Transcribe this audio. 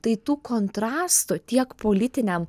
tai tų kontrastų tiek politiniam